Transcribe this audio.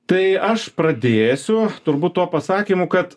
tai aš pradėsiu turbūt tuo pasakymu kad